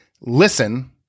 listen